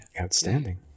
Outstanding